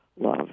love